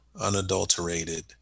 unadulterated